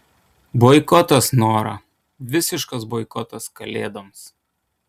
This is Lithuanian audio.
boikotas nora visiškas boikotas kalėdoms